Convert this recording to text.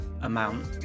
amount